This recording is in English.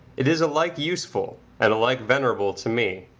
it is alike useful and alike venerable to me.